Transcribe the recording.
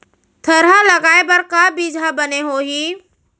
थरहा लगाए बर का बीज हा बने होही?